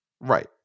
Right